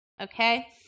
okay